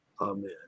Amen